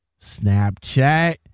Snapchat